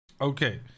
Okay